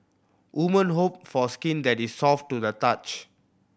women hope for skin that is soft to the touch